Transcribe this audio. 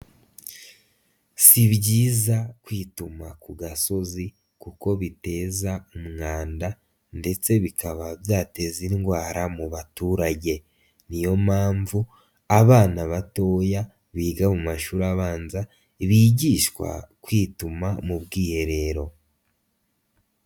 Si byiza kwituma ku gasozi kuko biteza umwanda ndetse bikaba byateza indwara mu baturage, niyo mpamvu abana batoya biga mu mashuri abanza bigishwa kwituma mu bwiherero.